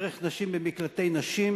דרך נשים במקלטי נשים